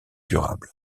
durable